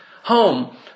home